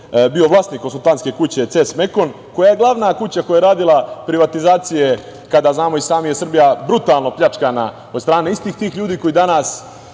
bio vlasnik konsultantske kuće „CES Mekon“ koja je glavna kuća koja je radila privatizacije kada je, znamo i sami, Srbija brutalno pljačkana od strane istih tih ljudi koji danas